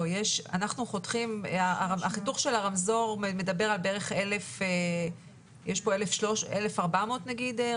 לא, החיתוך של הרמזור מדבר על בערך 1,400 רשויות